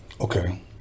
okay